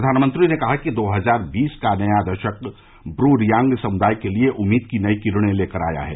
प्रधानमंत्री ने कहा कि दो हजार बीस का नया दशक ब्रू रियांग समुदाय के लिए उम्मीद की नई किरण लेकर आया है